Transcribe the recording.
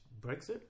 Brexit